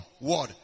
Word